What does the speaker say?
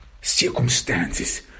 circumstances